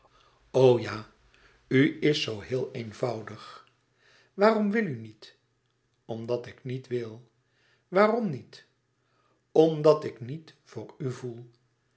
ja u is zoo heel eenvoudig waarom wil u niet omdat ik niet wil waarom niet omdat ik niet voor u voel